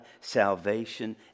salvation